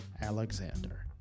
Alexander